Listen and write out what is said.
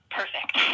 perfect